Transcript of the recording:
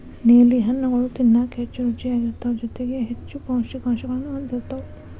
ನೇಲಿ ಹಣ್ಣುಗಳು ತಿನ್ನಾಕ ಹೆಚ್ಚು ರುಚಿಯಾಗಿರ್ತಾವ ಜೊತೆಗಿ ಹೆಚ್ಚು ಪೌಷ್ಠಿಕಾಂಶಗಳನ್ನೂ ಹೊಂದಿರ್ತಾವ